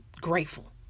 grateful